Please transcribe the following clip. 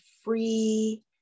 free